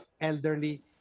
elderly